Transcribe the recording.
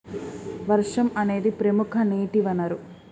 వర్షం అనేదిప్రముఖ నీటి వనరు